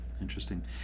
Interesting